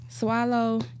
Swallow